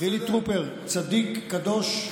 חילי טרופר צדיק, קדוש,